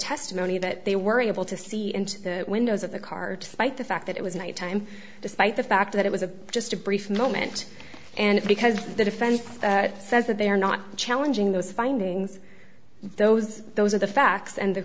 testimony that they were able to see into the windows of the car to fight the fact that it was night time despite the fact that it was a just a brief moment and because the defense says that they are not challenging those findings those those are the facts and the